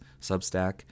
substack